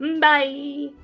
Bye